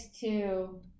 two